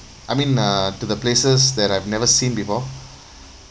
I mean uh to the places that I've never seen before